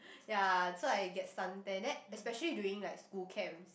ya so I get suntan then especially during like school camps